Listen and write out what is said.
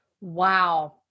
Wow